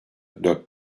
dört